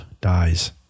dies